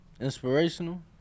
Inspirational